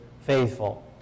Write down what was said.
faithful